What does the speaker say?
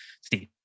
Steve